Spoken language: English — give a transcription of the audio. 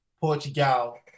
Portugal